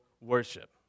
worship